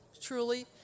truly